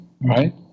right